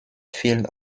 field